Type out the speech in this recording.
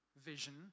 vision